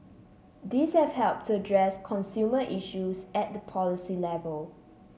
these have helped to address consumer issues at the policy level